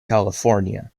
california